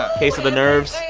case of the nerves?